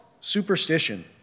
superstition